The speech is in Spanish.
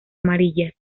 amarillas